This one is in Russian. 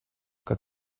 как